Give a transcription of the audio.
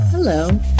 Hello